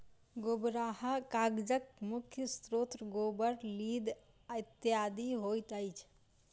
गोबराहा कागजक मुख्य स्रोत गोबर, लीद इत्यादि होइत अछि